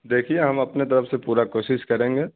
دیکھیے ہم اپنے طرف سے پوری کوشش کریں گے